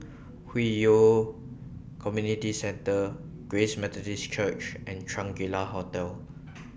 Hwi Yoh Community Centre Grace Methodist Church and Shangri La Hotel